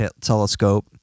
Telescope